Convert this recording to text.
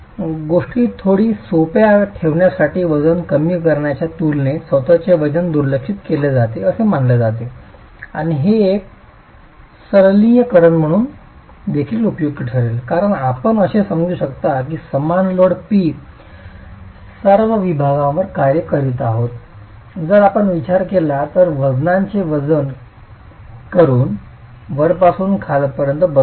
गोष्टी थोडी सोप्या ठेवण्यासाठी वजन कमी करण्याच्या तुलनेत स्वत चे वजन दुर्लक्षित केले जाते असे मानले जाते आणि हे एक सरलीकरण म्हणून देखील उपयुक्त ठरेल कारण आपण असे समजू शकता की समान लोड P सर्व विभागांवर कार्य करीत आहे जर आपण विचार केला तर वजनाचे वजन वरुन वरपासून खालपर्यंत बदलत जाईल